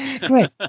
Great